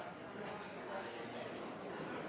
det vi ønsker